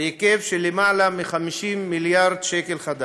בהיקף של יותר מ-50 מיליארד ש"ח.